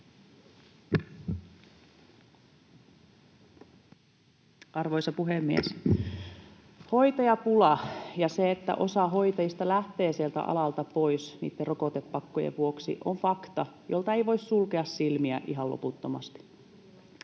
Arvoisa puhemies! Hoitajapula ja se, että osa hoitajista lähtee sieltä alalta pois niitten rokotepakkojen vuoksi, on fakta, jolta ei voi sulkea silmiä ihan loputtomasti.